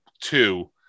two